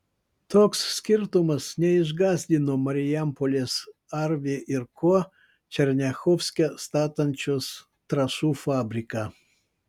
toks skirtumas neišgąsdino marijampolės arvi ir ko černiachovske statančios trąšų fabriką